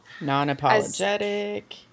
non-apologetic